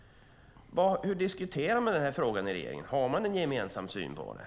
Hur diskuterar man den här frågan i regeringen? Har man ingen gemensam syn på detta?